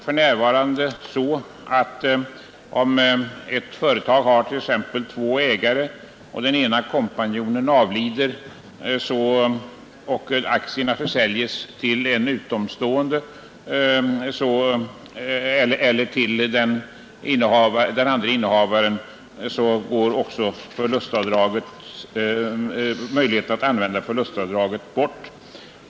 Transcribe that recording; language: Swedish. För närvarande är det så att om ett företag har t.ex. två ägare och den ena kompanjonen avlider och aktierna försäljs till en utomstående eller till den andre innehavaren, bortfaller också möjligheten att använda förlustavdraget.